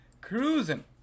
Cruising